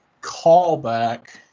callback